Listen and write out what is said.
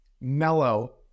mellow